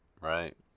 right